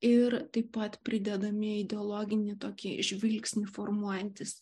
ir taip pat pridedami ideologinį tokį žvilgsnį formuojantys